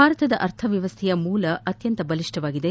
ಭಾರತದ ಅರ್ಥ ವ್ಯವಸ್ಥೆಯ ಮೂಲ ಅತ್ಯಂತ ಬಲಿಷ್ಣವಾಗಿದೆ